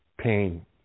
pain